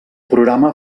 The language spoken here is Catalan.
programa